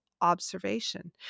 observation